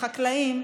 חקלאים,